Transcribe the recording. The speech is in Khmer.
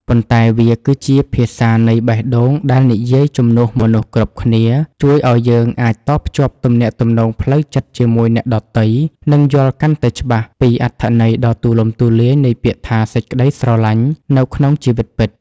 ប៉ុន្តែវាគឺជាភាសានៃបេះដូងដែលនិយាយជំនួសមនុស្សគ្រប់គ្នា ជួយឱ្យយើងអាចតភ្ជាប់ទំនាក់ទំនងផ្លូវចិត្តជាមួយអ្នកដទៃ និងយល់កាន់តែច្បាស់ពីអត្ថន័យដ៏ទូលំទូលាយនៃពាក្យថា សេចក្ដីស្រឡាញ់ នៅក្នុងជីវិតពិត។